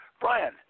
Brian